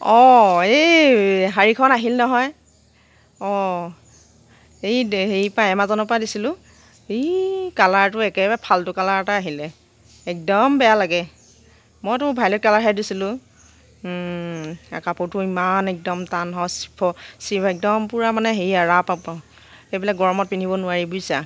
অঁ এই শাৰীখন আহিল নহয় অঁ হেই হেৰি পৰা এমাজনৰ পৰা দিছিলোঁ ই কালাৰটো একেবাৰে ফাল্টু কালাৰ এটা আহিলে একদম বেয়া লাগে মইটো ভায়'লেট কালাৰহে দিছিলোঁ কাপোৰটো ইমান একদম টান হয় চিফন একদম পূৰা মানে ৰাপ ৰাফ আৰু সেইবিলাক গৰমত পিন্ধিব নোৱাৰি বুজিছা